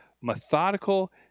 methodical